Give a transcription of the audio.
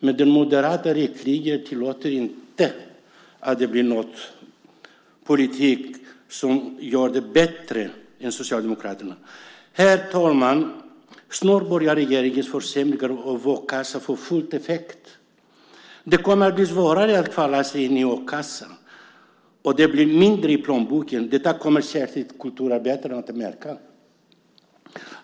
Men de moderata riktlinjerna tillåter inte att det blir en politik som gör det bättre än Socialdemokraternas riktlinjer. Herr talman! Snart börjar regeringens försämringar av a-kassan att få full effekt. Det kommer att bli svårare att kvala in till a-kassan, och det blir mindre i plånboken. Detta kommer särskilt kulturarbetarna att märka.